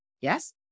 yes